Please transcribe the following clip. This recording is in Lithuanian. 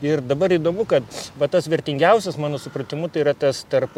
ir dabar įdomu kad va tas vertingiausias mano supratimu tai yra tas tarp